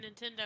Nintendo